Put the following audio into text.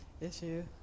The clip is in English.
issue